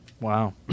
Wow